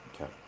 Okay